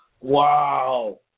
Wow